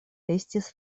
estis